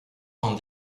cent